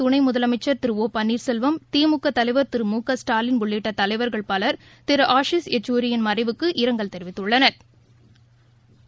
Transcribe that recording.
திரு ஓ பன்னீர்செல்வம் திமுகதலைவர் திரு மு க ஸ்டாலின் உள்ளிட்டதலைவர்கள் பலர் திருஆஷிஷ் யெச்சூரியன் மறைவுக்கு இரங்கல் தெரிவித்துள்ளனா்